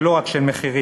ולא רק של מחירים,